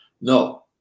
No